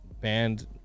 banned